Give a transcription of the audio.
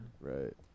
Right